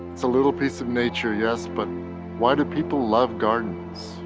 it's a little piece of nature, yes, but why do people love gardens?